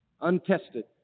untested